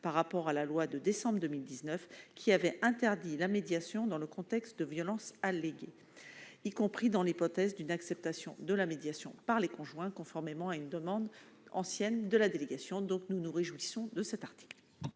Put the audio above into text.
par rapport à la loi de décembre 2019, qui avait interdit la médiation dans le contexte de violences alléguées, y compris dans l'hypothèse d'une acceptation de la médiation par les conjoints, conformément à une demande ancienne de la délégation. Nous nous réjouissons donc de cet article.